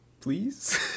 please